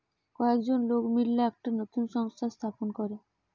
কয়েকজন লোক মিললা একটা নতুন সংস্থা স্থাপন করে